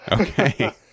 Okay